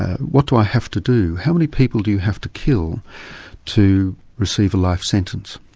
what do i have to do? how many people do you have to kill to receive a life sentence?